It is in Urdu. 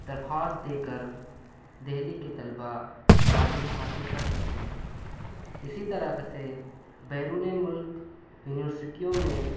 درخواست دے کر دہلی کے طلبہ تعلیم حاصل کر سکتے ہیں اسی طرح سے بیرونِ ملک یونیورسٹیوں میں